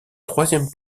troisième